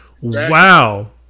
wow